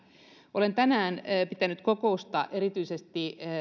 olen tänään pitänyt kokousta erityisesti